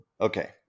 okay